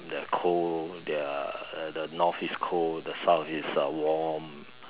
the cold the the north is cold the south is uh warm